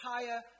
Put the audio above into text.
entire